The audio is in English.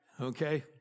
Okay